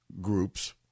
groups